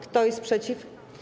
Kto jest przeciw?